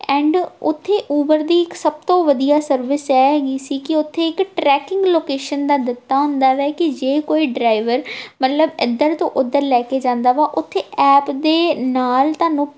and ਉੱਥੇ Uber ਦੀ ਇੱਕ ਸਭ ਤੋਂ ਵਧੀਆ ਸਰਵਿਸ ਇਹ ਹੈਗੀ ਸੀ ਕਿ ਉੱਥੇ ਇੱਕ ਟਰੈਕਿੰਗ ਲੋਕੇਸ਼ਨ ਦਾ ਦਿੱਤਾ ਹੁੰਦਾ ਵੈ ਕਿ ਜੇ ਕੋਈ ਡਰਾਈਵਰ ਮਤਲਬ ਇੱਧਰ ਤੋਂ ਉੱਧਰ ਲੈ ਕੇ ਜਾਂਦਾ ਵਾ ਉੱਥੇ ਐਪ ਦੇ ਨਾਲ ਤੁਹਾਨੂੰ